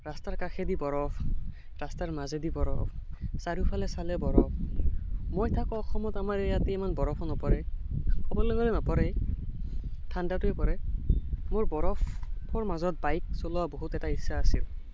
ৰাস্তাৰ কাষেদি বৰফ ৰাস্তাৰ মাজেদি বৰফ চাৰিওফালে চালে বৰফ মই থাকোঁ অসমত আমাৰ ইয়াতে ইমান বৰফ নপৰে ক'বলৈ গ'লে নপৰেই ঠাণ্ডাটোৱেই পৰে মোৰ বৰফৰ মাজত বাইক চলোৱা বহুত এটা ইচ্ছা আছিল